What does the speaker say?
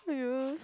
!aiya!